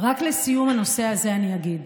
רק לסיום הנושא הזה, אני אגיד,